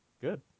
Good